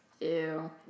Ew